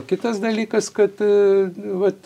kitas dalykas kad vat